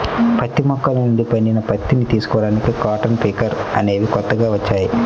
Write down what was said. పత్తి మొక్కల నుండి పండిన పత్తిని తీసుకోడానికి కాటన్ పికర్ అనేవి కొత్తగా వచ్చాయి